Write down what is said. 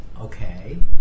okay